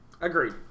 Agreed